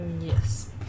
yes